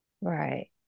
right